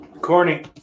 Corny